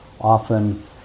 often